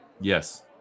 Yes